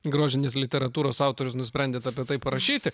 grožinės literatūros autorius nusprendėt apie tai parašyti